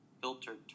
filtered